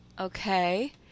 Okay